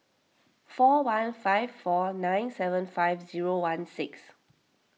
four one five four nine seven five zero one six